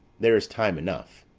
there is time enough.